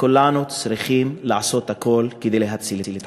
כולנו צריכים לעשות הכול כדי להציל את חייהם.